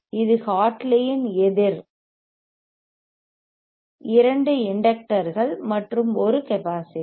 இது ஹார்ட்லியின் எதிர் இரண்டு இண்டக்டர்கள் மற்றும் ஒரு கெப்பாசிட்டர்